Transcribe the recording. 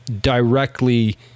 directly